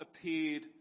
appeared